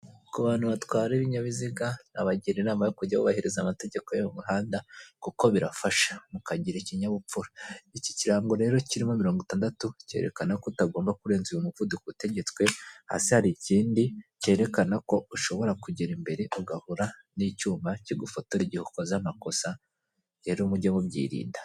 Ku bantu batwara ibinyabiziga, nabagira inama yo kujya bubahiriza amategeko yo mu muhanda kuko birafasha, mukagira ikinyabupfura. Iki kirango rero kirimo mirongo itandatu, cyerekana ko utagomba kurenza uyu muvuduko utegetswe, hasi hari ikindi cyerekana ko ushobora kugera imbere, ugahura n'icyuma kigufotora igihe ukoze amakosa, rero mujye mubyirinda.